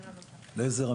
אליעזר,